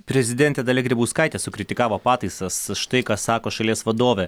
prezidentė dalia grybauskaitė sukritikavo pataisas štai ką sako šalies vadovė